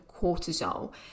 cortisol